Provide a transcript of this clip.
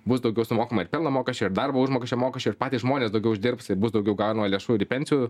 bus daugiau sumokama ir pelno mokesčio ir darbo užmokesčio mokesčio ir patys žmonės daugiau uždirbs i bus daugiau gaunama lėšų ir į pensijų